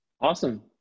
Awesome